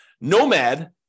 Nomad